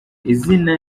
izina